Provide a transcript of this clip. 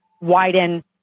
widen